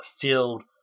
filled